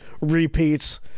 repeats